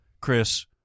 Chris